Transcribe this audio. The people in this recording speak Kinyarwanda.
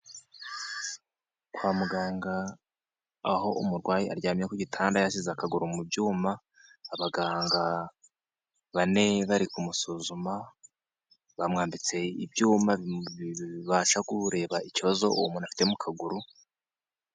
Kwa muganga aho umurwayi aryamye ku gitanda yasize akaguru mu byuma abaganga bane bari kumusuzuma bamwambitse ibyuma bibasha kuwureba ikibazo uwo muntu afitemo akaguru.